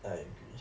I agree